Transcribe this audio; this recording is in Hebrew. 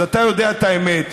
אז אתה יודע את האמת.